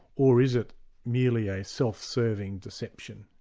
or is it merely a self-serving deception,